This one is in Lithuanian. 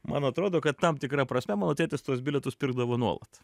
man atrodo kad tam tikra prasme mano tėtis tuos bilietus pirkdavo nuolat